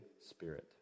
spirit